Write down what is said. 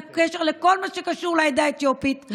בקשר לכל מה שקשור לעדה האתיופית,